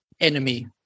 enemy